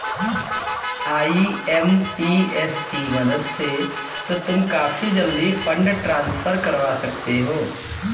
IMPS की मदद से तो तुम काफी जल्दी फंड ट्रांसफर करवा सकते हो